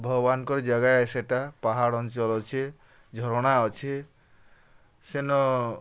ଭଗବାନଙ୍କର୍ ଜାଗା ଆଏ ସେଟା ପାହାଡ଼୍ ଅଞ୍ଚଲ୍ ଅଛେ ଝରଣା ଅଛେ ସେନ